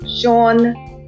Sean